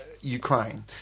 ukraine